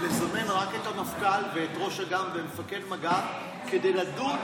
לזמן רק את המפכ"ל ואת ראש אג"ם ואת מפקד מג"ב כדי לדון